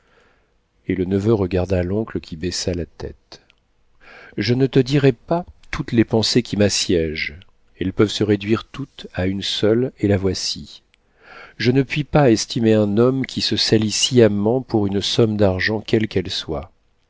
et le neveu regarda l'oncle qui baissa la tête je ne te dirai pas toutes les pensées qui m'assiégent elles peuvent se réduire toutes à une seule et la voici je ne puis pas estimer un homme qui se salit sciemment pour une somme d'argent quelle qu'elle soit